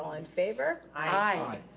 um in favor? aye.